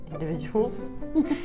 individuals